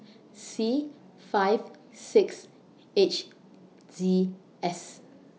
C five six H Z S